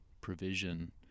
provision